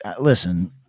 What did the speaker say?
listen